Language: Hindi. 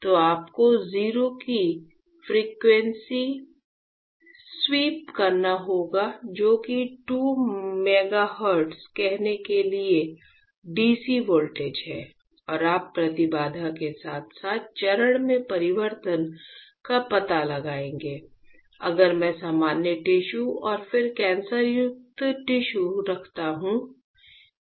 तो आपको 0 से फ्रीक्वेंसी स्वीप करना होगा जो कि 2 मेगाहर्ट्ज कहने के लिए DC वोल्टेज है और आप प्रतिबाधा के साथ साथ चरण में परिवर्तन का पता लगाएंगे अगर मैं सामान्य टिश्यू और फिर कैंसरयुक्त टिश्यू रखता हूं